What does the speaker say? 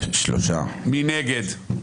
מי נגד?